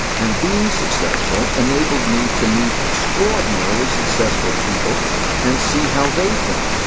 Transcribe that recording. and being successful enabled me to meet extraordinarily successful people and see how they think.